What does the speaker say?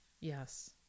Yes